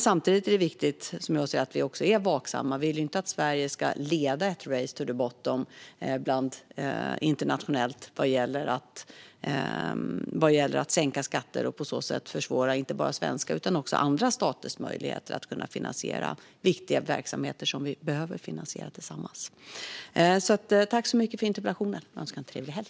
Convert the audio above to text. Samtidigt är det viktigt att vi är vaksamma; vi vill inte att Sverige ska leda ett race to the bottom internationellt vad gäller att sänka skatter och på så sätt försvåra inte bara Sveriges utan också andra staters möjligheter att finansiera viktiga verksamheter som vi behöver finansiera tillsammans. Tack så mycket för interpellationen! Jag önskar en trevlig helg.